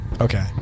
Okay